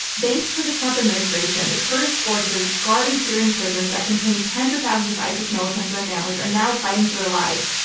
thanks to the trump administration, the kurdish forces guarding syrian prisons that contain tens of thousands of isis militants and their families are now fighting for their lives.